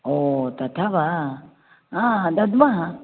ओ तथा वा हा दद्मः